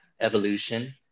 evolution